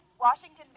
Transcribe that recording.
Washington